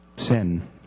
sin